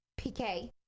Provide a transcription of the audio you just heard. PK